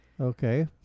Okay